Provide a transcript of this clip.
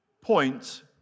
point